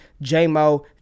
J-Mo